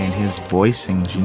his voicings, you know,